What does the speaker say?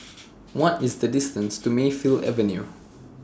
What IS The distance to Mayfield Avenue